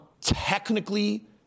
technically